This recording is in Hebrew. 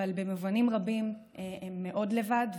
אבל במובנים רבים הם מאוד לבד.